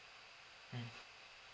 mm